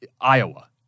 iowa